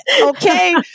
Okay